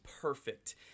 perfect